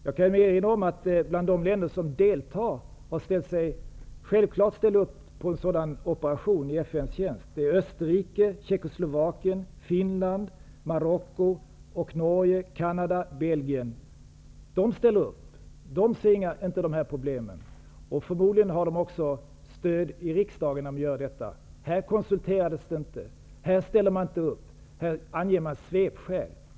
Jag kan erinra om att bland de länder som självfallet har ställt upp på en sådan operation i Marocko, Norge, Canada och Belgien. De ser inte de här problemen. Förmodligen har de också stöd i resp. riksdag när de gör detta. Men här konsulterades det inte, här ställer man inte upp, här anger man svepskäl!